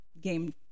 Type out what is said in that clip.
game